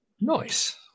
Nice